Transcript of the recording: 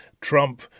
Trump